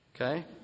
okay